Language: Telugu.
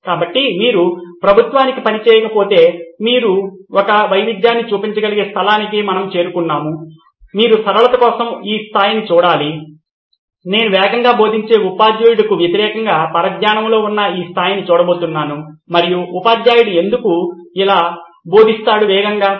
కాబట్టి మీరు ప్రభుత్వానికి పని చేయకపోతే మరియు మీరు ఒక వైవిధ్యాన్ని చూపించగలిగే స్థలానికి మనము చేరుకున్నాము మీరు సరళత కోసమే ఈ స్థాయిని చూడాలి నేను వేగంగా బోధించే ఉపాధ్యాయుడుకు వ్యతిరేకంగా పరధ్యానంలో ఉన్న ఈ స్థాయిని చూడబోతున్నాను మరియు ఉపాధ్యాయుడు ఎందుకు చాలా బోధిస్తాడు వేగంగా